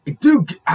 Dude